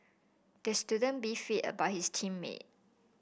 the student beefed about his team mate